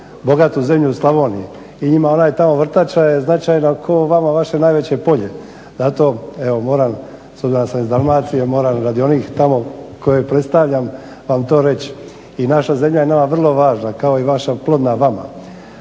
bogatu zemlju u Slavoniji i njima ona tamo vrtača je značajna kao vama vaše najveće polje. Zato evo moram s obzirom da sam iz Dalmacije moram radi onih tamo koje predstavljam vam to reći. I naša zemlja je nama vrlo važna, kao i vaša plodna vama,